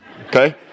Okay